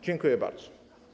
Dziękuję bardzo.